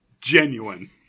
genuine